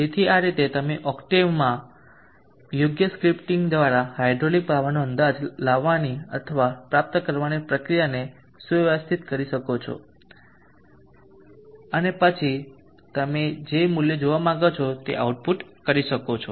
તેથી આ રીતે તમે ઓક્ટેવમાં યોગ્ય સ્ક્રિપ્ટીંગ દ્વારા હાઇડ્રોલિક પાવરનો અંદાજ લાવાની અથવા પ્રાપ્ત કરવાની પ્રક્રિયાને સુવ્યવસ્થિત કરી શકો છો અને પછી તમે જે મૂલ્યો જોવા માંગો છો તે આઉટપુટ કરી શકો છો